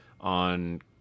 on